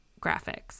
graphics